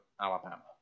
Alabama